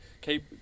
Keep